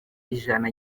ijana